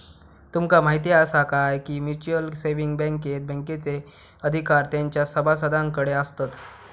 तुमका म्हायती आसा काय, की म्युच्युअल सेविंग बँकेत बँकेचे अधिकार तेंच्या सभासदांकडे आसतत